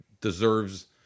deserves